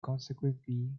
consequently